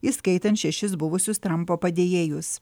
įskaitant šešis buvusius trampo padėjėjus